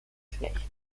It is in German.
schlecht